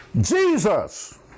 Jesus